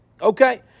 Okay